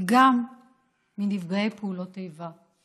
וגם מנפגעי פעולות איבה.